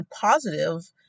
positive